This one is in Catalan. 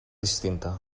distinta